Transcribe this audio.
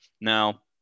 now